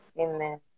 Amen